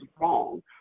wrong